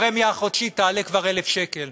הפרמיה החודשית תעלה כבר 1,000 שקל.